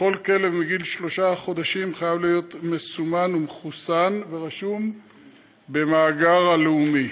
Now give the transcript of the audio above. וכל כלב מגיל שלושה חודשים חייב להיות מסומן ומחוסן ורשום במאגר הלאומי.